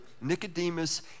Nicodemus